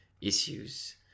issues